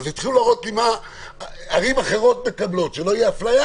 התחילו להראות לי מה ערים אחרים מקבלות כדי שלא תהיה אפליה,